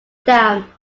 down